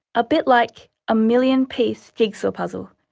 a bit like a million-piece jigsaw puzzle.